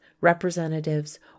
representatives